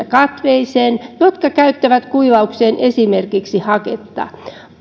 katveeseen ne viljelijät jotka käyttävät kuivaukseen esimerkiksi haketta